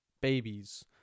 babies